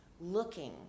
looking